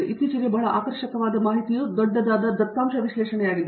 ಮತ್ತು ಇತ್ತೀಚಿಗೆ ಬಹಳ ಆಕರ್ಷಕವಾದ ಮಾಹಿತಿಯು ದೊಡ್ಡದಾದ ದತ್ತಾಂಶ ವಿಶ್ಲೇಷಣೆಯಾಗಿದೆ